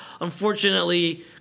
unfortunately